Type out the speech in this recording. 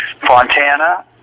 Fontana